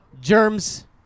germs